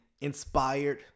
inspired